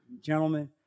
gentlemen